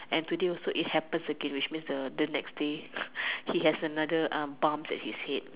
and today it also happens again which means the next day he has another uh bumps at his head